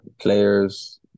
players